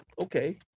okay